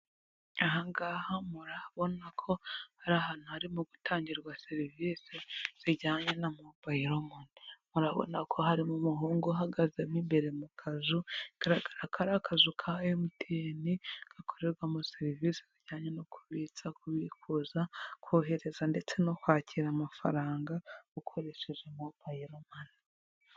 Aha ngaha murabona ko hari ahantu harimo gutangirwa serivisi zijyanye na Mobayilo Mani. Murabona ko harimo umuhungu uhagazemo imbere mu kazu kagaragara ko ari akazu ka MTN gakorerwamo serivisi zijyanye no kubitsa no kubikuza, kohereza, ndetse no kwakira amafaranga ukoresheje Mobayilo Mani.